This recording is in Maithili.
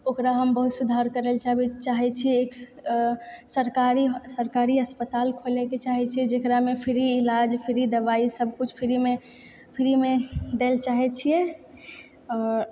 ओकरा हम बहुत सुधार करय लऽ चाहबै चाहै छियै सरकारी सरकारी अस्पताल खोलयके चाहै छियै जकरामे फ्री इलाज फ्री दवाइ सब किछु फ्रीमे फ्रीमे दए लऽ चाहै छियै आओर